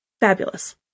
fabulous